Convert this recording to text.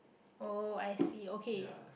oh I see okay